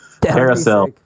Carousel